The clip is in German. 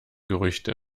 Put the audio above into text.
gerüchte